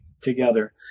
together